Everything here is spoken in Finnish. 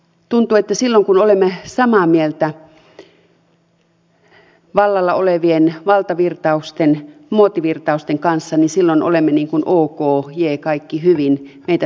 tuntuu että silloin kun olemme samaa mieltä vallalla olevien valtavirtausten muotivirtausten kanssa olemme ikään kuin ok jee kaikki hyvin meitä suvaitaan